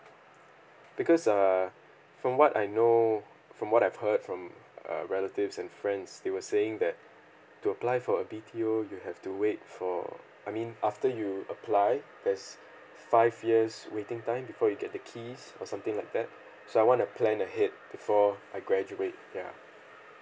because err from what I know from what I've heard from uh relatives and friends they were saying that to apply for a B_T_O you have to wait for I mean after you apply there's five years waiting time before you get the keys or something like that so I want to plan ahead before I graduate ya